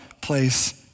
place